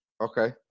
Okay